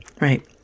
right